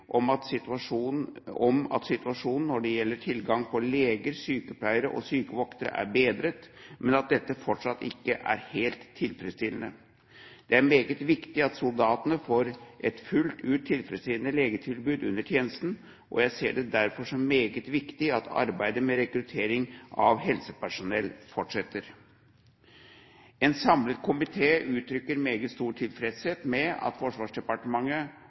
om at situasjonen når det gjelder tilgang på leger, sykepleiere og sykevoktere, er bedret, men at dette fortsatt ikke er helt tilfredsstillende. Det er meget viktig at soldatene får et fullt ut tilfredsstillende legetilbud under tjenesten, og jeg ser det derfor som meget viktig at arbeidet med rekruttering av helsepersonell fortsetter. En samlet komité uttrykker meget stor tilfredshet med at Forsvarsdepartementet